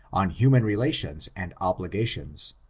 on human relations and obligations.